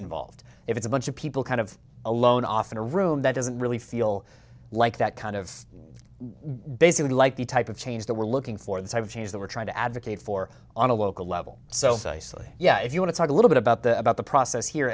involved if it's a bunch of people kind of alone off in a room that doesn't really feel like that kind of basically like the type of change that we're looking for the type of change that we're trying to advocate for on a local level so yeah if you want to talk a little bit about the about the process here